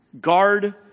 Guard